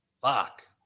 Fuck